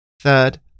third